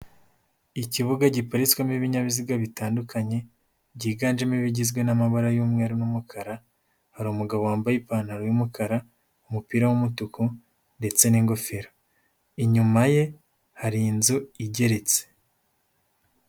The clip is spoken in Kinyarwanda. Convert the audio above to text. Ikibuga giparitswemo ibinyabiziga bitandukanye, byiganjemo ibigizwe n'amabara y'umweru n'umukara, hari umugabo wambaye ipantaro y'umukara, umupira w'umutuku ndetse n'ingofero. Inyuma ye hari inzu igeretse.